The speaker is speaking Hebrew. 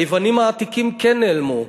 היוונים העתיקים כן נעלמו,